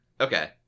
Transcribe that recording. Okay